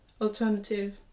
alternative